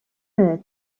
earth